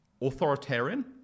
authoritarian